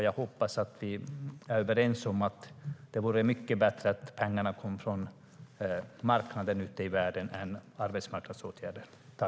Jag hoppas att vi är överens om att det vore bättre att pengarna kom från världsmarknaden än från arbetsmarknadsåtgärder.